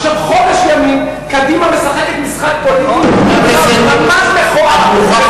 עכשיו חודש ימים קדימה משחקת משחק פוליטי ממש מכוער בנושא,